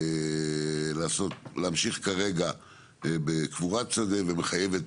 יהיה להמשיך כרגע בקבורת שדה ומחייבת